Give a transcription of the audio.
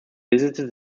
visited